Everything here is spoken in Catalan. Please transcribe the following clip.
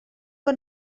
que